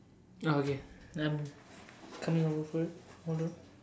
oh okay I'm coming over for it hold on